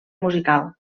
musical